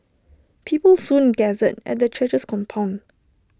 people soon gathered at the church's compound